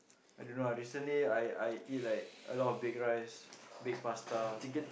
I don't know ah recently I I eat like a lot of baked rice baked pasta